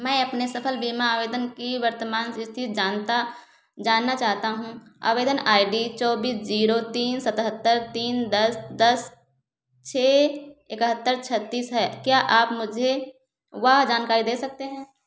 मैं अपने सफल बीमा आवेदन की वर्तमान स्थिति जानता जानना चाहता हूँ आवेदन आई डी चौबीस जीरो तीन सतहत्तर तीन दस दस छः एकहत्तर छत्तीस है क्या आप मुझे वह जानकारी दे सकते हैं